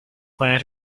plan